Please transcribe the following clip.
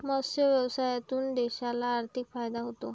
मत्स्य व्यवसायातून देशाला आर्थिक फायदा होतो